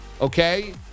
okay